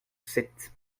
sept